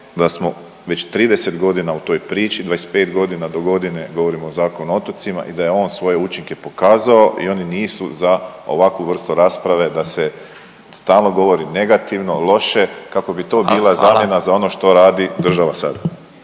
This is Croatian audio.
da smo već 30 godina u toj priči, 25 godina do godine govorimo o Zakonu o otocima i da je on svoje učinke pokazao i oni nisu za ovakvu vrstu rasprave da se stalno govori negativno, loše kako bi to bila zamjena … …/Upadica Radin: